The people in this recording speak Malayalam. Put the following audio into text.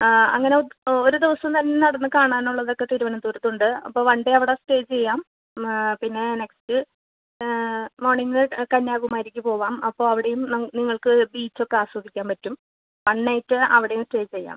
ആ അങ്ങനെ ഒരു ദിവസം തന്നെ നടന്ന് കാണാനുള്ളതൊക്കെ തിരുവനന്തപുരത്തുണ്ട് അപ്പം വൺഡേ അവിടെ സ്റ്റേ ചെയ്യാം പിന്നെ നെക്സ്റ്റ് മോണിങ്ങ് കന്യാകുമാരിക്ക് പോവാം അപ്പോൾ അവിടെയും നിങ്ങൾക്ക് ബീച്ചൊക്കെ ആസ്വദിക്കാൻ പറ്റും വൺ നൈറ്റ് അവിടെയും സ്റ്റേ ചെയ്യാം